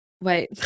wait